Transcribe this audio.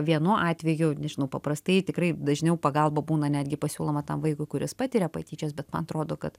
vienu atveju nežinau paprastai tikrai dažniau pagalba būna netgi pasiūloma tam vaikui kuris patiria patyčias bet man atrodo kad